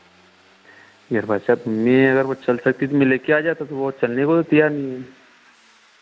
यार भाई साहब मैं अगर वह चल सकती थी मैं लेकर आ जाता वह चलने को तो तैयार नहीं है